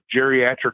geriatric